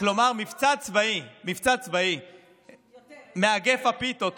מבצע צבאי מאגף הפיתות,